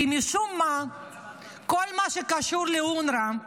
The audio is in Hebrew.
כי משום מה כל מה שקשור לאונר"א